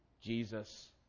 Jesus